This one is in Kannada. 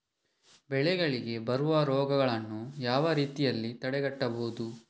ಬೆಳೆಗಳಿಗೆ ಬರುವ ರೋಗಗಳನ್ನು ಯಾವ ರೀತಿಯಲ್ಲಿ ತಡೆಗಟ್ಟಬಹುದು?